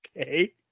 Okay